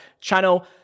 channel